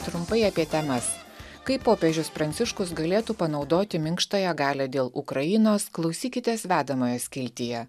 trumpai apie temas kaip popiežius pranciškus galėtų panaudoti minkštąją galią dėl ukrainos klausykitės vedamoje skiltyje